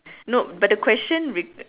no but the question req~